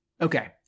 Okay